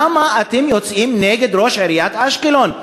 למה אתם יוצאים נגד ראש עיריית אשקלון?